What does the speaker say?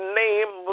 name